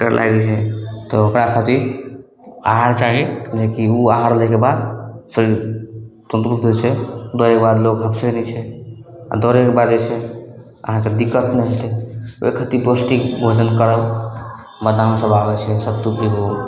करय लागय छै तऽ ओकरा खातिर आहार चाही जेकि उ आहार लैके बाद शरीर तन्दरुस्त होइ छै दौड़य बाद लोग उठय नहि छै आओर दौड़य बाद जे छै अहाँके दिक्कत नहि हेतय ओइ खातिर पौष्टिक भोजन करब बादाम सभ आबय छै सत्तू पीबू